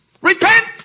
Repent